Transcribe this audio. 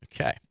Okay